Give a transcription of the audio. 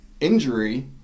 injury